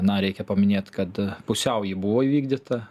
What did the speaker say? na reikia paminėt kad pusiau ji buvo įvykdyta